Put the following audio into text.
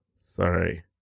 Sorry